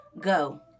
go